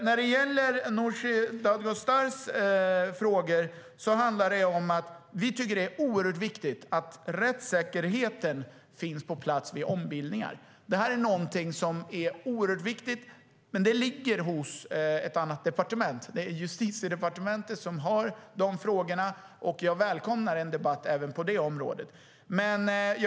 När det gäller Nooshi Dadgostars frågor anser vi att det är oerhört viktigt att rättssäkerheten finns på plats vid ombildningar. Det är något som är oerhört viktigt, men det ligger hos ett annat departement. Det är Justitiedepartementet som har de frågorna, och jag välkomnar en debatt även på det området.